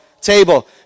table